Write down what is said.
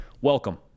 welcome